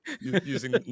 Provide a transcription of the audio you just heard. Using